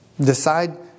Decide